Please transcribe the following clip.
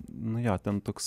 nu jo ten toks